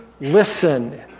listen